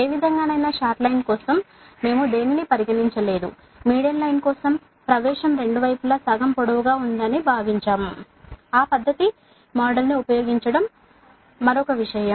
ఏ విధంగానైనా short line కోసం మేము దేనిని పరిగణించలేదు మీడియం లైన్ కోసం ప్రవేశం రెండు వైపులా సగం పొడవు గా ఉందని మేము భావించాము ఆ పద్ధతి ను ఉపయోగించడం మరొక విషయం